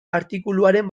artikuluaren